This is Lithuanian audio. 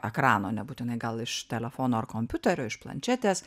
kažkokio ekrano nebūtinai gal iš telefono ar kompiuterio iš planšetės